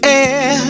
air